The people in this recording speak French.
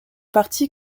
parti